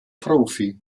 profi